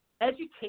education